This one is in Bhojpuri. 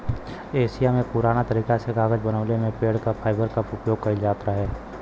एशिया में पुरान तरीका से कागज बनवले में पेड़ क फाइबर क उपयोग कइल जात रहे